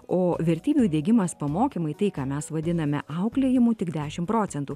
o vertybių diegimas pamokymai tai ką mes vadiname auklėjimu tik dešim procentų